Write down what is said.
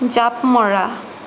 জাপ মৰা